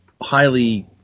highly